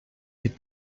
est